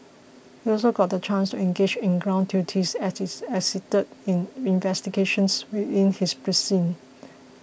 he also got the chance to engage in ground duties as his assisted in investigations within his precinct